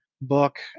book